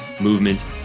movement